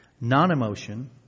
Non-emotion